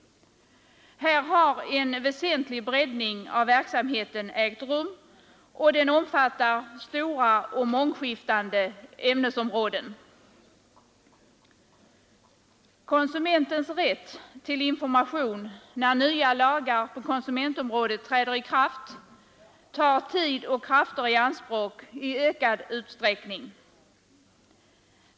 Här har en väsentlig Nr 62 breddning av verksamheten ägt rum, och den omfattar stora och mångskiftande ämnesområden. Konsumentens rätt till information, när nya lagar på konsumentområdet träder i kraft, tar tid och krafter i anspråk i ökad utsträckning.